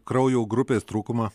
kraujo grupės trūkumą